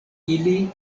ili